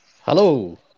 Hello